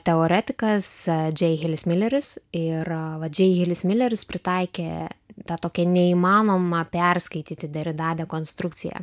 teoretikas džeihelis mileris ir va džeihelis mileris pritaikė tą tokią neįmanomą perskaityti derida dekonstrukciją